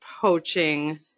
poaching